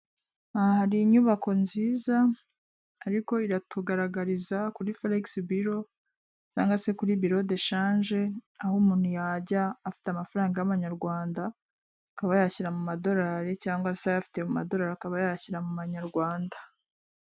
Aha hari inyubako nziza ariko iratugaragariza kuri furegisi biro cyangwa se kuri biro deshanje aho umuntu yanjya afite amafaranga y'amanyarwanda akaba yayashyira mu madorari cyangwa se ayafite mumadorari akayashyira mu manyarwanda.